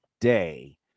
Day